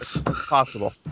possible